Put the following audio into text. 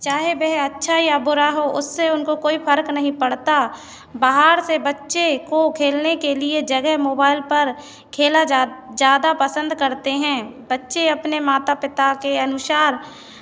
चाहे वह अच्छा या बुरा हो उससे उनका कोई फ़र्क नहीं पड़ता बाहर से बच्चे को खेलने के लिए जगह मोबाइल पर खेला ज़्यादा पसंद करते हैं बच्चे अपने माता पिता के अनुसार